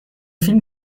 فیلم